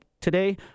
today